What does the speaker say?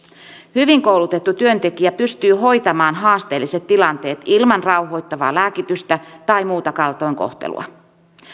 hyvin koulutettu työntekijä pystyy hoitamaan haasteelliset tilanteet ilman rauhoittavaa lääkitystä tai muuta kaltoinkohtelua